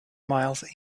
miles